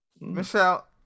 Michelle